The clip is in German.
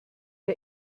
der